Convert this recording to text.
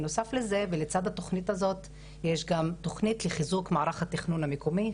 בנוסף לזה ולצד התוכנית הזאת יש גם תוכנית לחיזוק מערך התכנון המקומי,